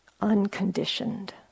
unconditioned